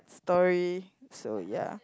story so ya